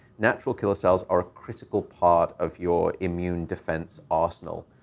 natural killer cells are a critical part of your immune defense arsenal.